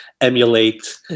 emulate